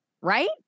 Right